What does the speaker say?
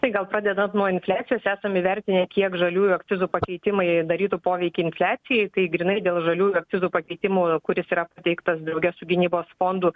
tai gal pradedant nuo infliacijos esam įvertinę kiek žaliųjų akcizų pakeitimai darytų poveikį infliacijai tai grynai dėl žaliųjų akcizų pakeitimo kuris yra pateiktas drauge su gynybos fondų